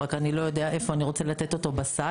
רק אני לא יודע איפה אני לתת אותו בסל,